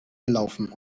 gelaufen